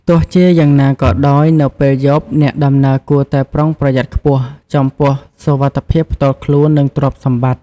ទោះជាយ៉ាងណាក៏ដោយ នៅពេលយប់ អ្នកដំណើរគួរតែ ប្រុងប្រយ័ត្ន ខ្ពស់ចំពោះសុវត្ថិភាពផ្ទាល់ខ្លួន និងទ្រព្យសម្បត្តិ។